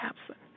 absent